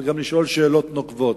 אבל גם לשאול שאלות נוקבות: